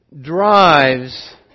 drives